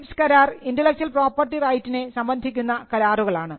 TRIPS കരാർ intellectual property റൈറ്റിനെ സംബന്ധിക്കുന്ന കരാറുകളാണ്